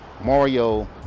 Mario